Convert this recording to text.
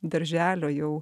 darželio jau